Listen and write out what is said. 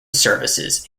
services